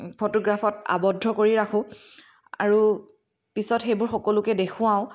ফটোগ্ৰাফত আৱদ্ধ কৰি ৰাখো আৰু পিছত সেইবোৰ সকলোকে দেখুৱাওঁ